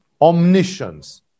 omniscience